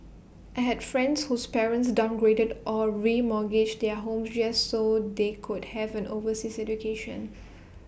I had friends whose parents downgraded or remortgaged their homes just so they could have an overseas education